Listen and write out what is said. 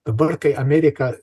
dabar kai amerika